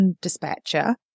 dispatcher